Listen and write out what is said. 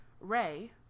Ray